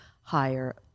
higher